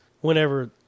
whenever